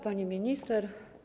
Pani Minister!